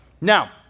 now